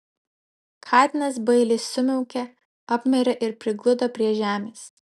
katinas bailiai sumiaukė apmirė ir prigludo prie žemės